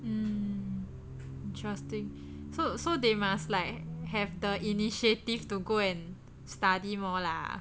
mm interesting so so they must like have the initiative to go and study more lah